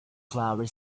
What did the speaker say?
flower